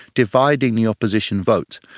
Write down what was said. dividing the opposition vote.